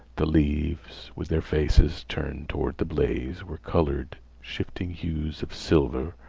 the leaves, with their faces turned toward the blaze, were colored shifting hues of silver,